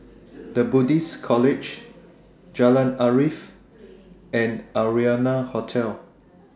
The Buddhist College Jalan Arif and Arianna Hotel